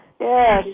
Yes